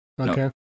Okay